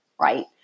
right